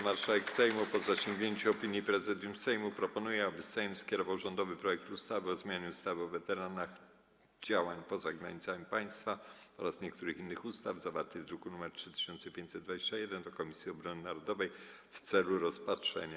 Marszałek Sejmu, po zasięgnięciu opinii Prezydium Sejmu, proponuje, aby Sejm skierował rządowy projekt ustawy o zmianie ustawy o weteranach działań poza granicami państwa oraz niektórych innych ustaw, zawarty w druku nr 3521, do Komisji Obrony Narodowej w celu rozpatrzenia.